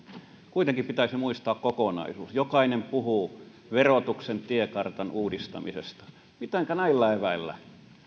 kuitenkin pitäisi muistaa kokonaisuus jokainen puhuu verotuksen tiekartan uudistamisesta mitenkä näillä eväillä